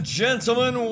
gentlemen